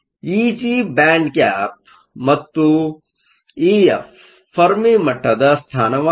ಇಜಿ band gap gap ಮತ್ತು Ef Fermi ಮಟ್ಟದ ಸ್ಥಾನವಾಗಿದೆ